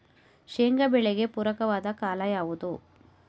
ಶೇಂಗಾ ಬೆಳೆಗೆ ಪೂರಕವಾದ ಕಾಲ ಯಾವುದು?